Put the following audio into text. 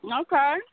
Okay